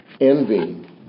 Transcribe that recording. envy